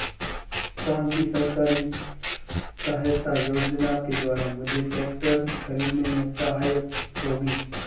कौनसी सरकारी सहायता योजना के द्वारा मुझे ट्रैक्टर खरीदने में सहायक होगी?